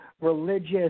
religious